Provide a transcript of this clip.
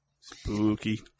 Spooky